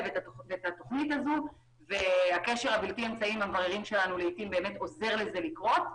ואת התכנית הזו והקשר הבלתי אמצעי עם המבררים שלנו עוזר לזה לקרות.